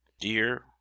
Dear